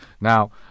Now